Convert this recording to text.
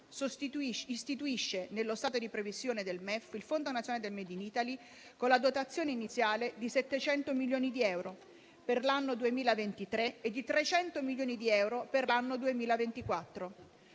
istituisce, nello stato di previsione del MEF, il Fondo nazionale del *made in Italy*, con una dotazione iniziale di 700 milioni di euro per l'anno 2023 e di 300 milioni di euro per l'anno 2024,